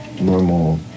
normal